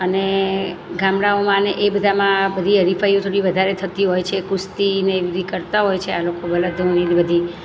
અને ગામડાઓમાં અને એ બધામાં આ બધી હરીફાઈઓ થોડી વધારે થતી હોય છે કુસ્તીને એ બધી કરતા હોય છે આ લોકો બળદોની ને એ બધી